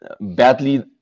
badly